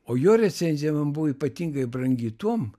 o jo recenzija man buvo ypatingai brangi tuom